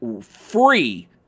free